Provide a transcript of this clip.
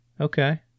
Okay